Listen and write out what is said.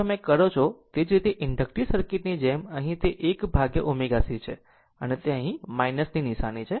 આમ જો તમે કરો છો તે જ રીતે ઇન્ડકટીવ સર્કિટની જેમ અહીં તે 1 upon ω c છે અને ત્યાં નિશાની છે